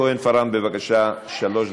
יעל כהן-פארן, בבקשה, שלוש דקות.